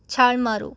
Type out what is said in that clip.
ਛਾਲ ਮਾਰੋ